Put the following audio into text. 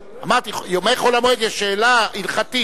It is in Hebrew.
אמרתי, ימי חול המועד, יש שאלה הלכתית.